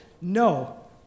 No